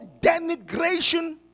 denigration